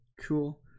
Cool